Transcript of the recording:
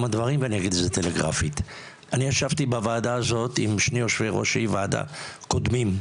אני ישבתי בוועדה הזאת עם שני ראשי ועדה קודמים,